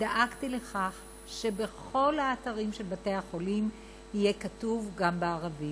דאגתי לכך שבכל האתרים של בתי-החולים יהיה כתוב גם בערבית,